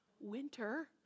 winter